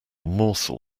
morsel